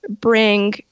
bring